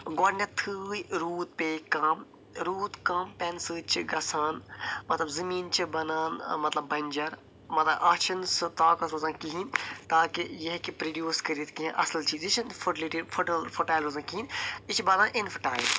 گۄڈنٮ۪تھٕے روٗد پے کم روٗد کم پیٚنہٕ سۭتۍ چھِ گژھان مطلب زمیٖن چھِ بنان مطلب بنجر مطلب اتھ چھُ نہٕ سُہ طاقت روزان کہیٖنۍ تاکہِ یہِ ہٮ۪کہِ پرڈیوٗس کٔرِتھ کینٛہہ اصل چیٖز یہِ چھِ نہٕ فرٹلِٹی فرٹاٮ۪ل روزان کہینۍ یہِ چھِ بنان انفرٹاٮ۪ل